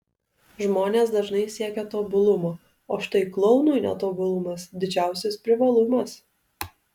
žmonės dažnai siekia tobulumo o štai klounui netobulumas didžiausias privalumas